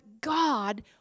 God